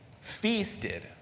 feasted